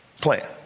plan